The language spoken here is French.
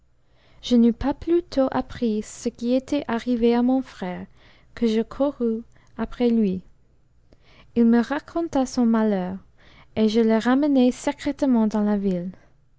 je n'eus pas plus tôt appris ce qui était arrivé à mon f ère que je courus après lui il me raconta son malheur et je le ramenai secrètement dans a ville